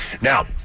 Now